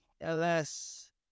LS